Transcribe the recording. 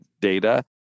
data